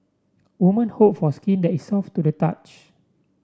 woman hope for skin that is soft to the touch